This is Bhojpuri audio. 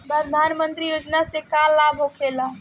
प्रधानमंत्री योजना से का लाभ होखेला?